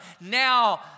now